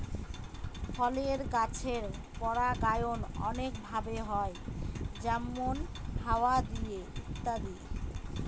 ফলের গাছের পরাগায়ন অনেক ভাবে হয় যেমন হাওয়া দিয়ে ইত্যাদি